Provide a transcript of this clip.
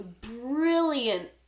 brilliant